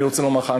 אני רוצה לומר לך,